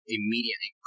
immediately